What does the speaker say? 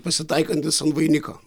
pasitaikantis an vainiko